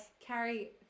Carrie